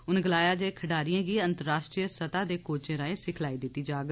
उनें गलाया जे खडारियें गी अंतर्राष्ट्रीय स्तह दे कोच्चे राएं सिखलाई दित्ती जाग